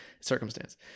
circumstance